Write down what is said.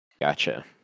Gotcha